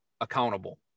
accountable